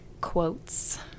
quotes